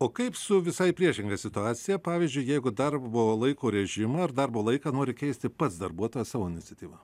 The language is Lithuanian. o kaip su visai priešinga situacija pavyzdžiui jeigu darbo laiko režimą ir darbo laiką nori keisti pats darbuotojas savo iniciatyva